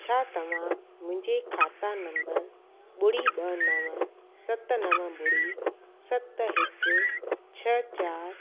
छा तव्हां मुंहिंजे खाता नंबर ॿुड़ी ॿ नव सत नव ॿुड़ी सत हिकु छह चारि